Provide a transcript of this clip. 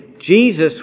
Jesus